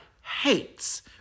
hates